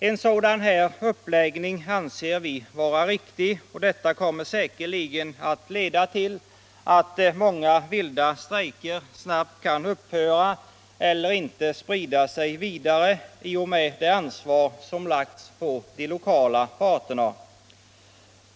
En sådan här uppläggning anser vi vara riktig, och den kommer säkerligen att leda till att många vilda strejker snabbt upphör — eller inte sprider sig vidare — i och med det ansvar som lagts på de lokala parterna.